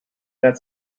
that